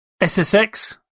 SSX